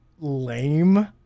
lame